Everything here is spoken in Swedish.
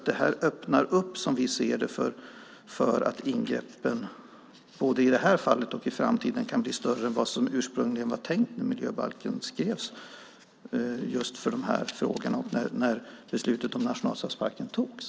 De öppnar för att ingreppen i det här fallet och i framtiden kan bli större än vad som ursprungligen var tänkt när miljöbalken skrevs och när beslutet om nationalstadsparken fattades.